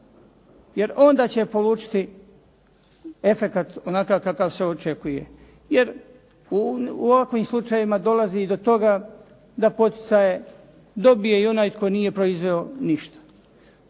jer onda će polučiti efekat onakav kakav se očekuje. Jer u ovakvim slučajevima dolazi i do toga da poticaje dobije i onaj koji nije proizveo ništa.